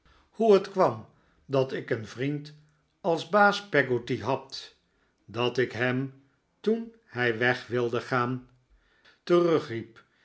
hoe het kwam dat ik een vriend als baas peggotty had dat ik hem toen hij weg wilde gaan terugriep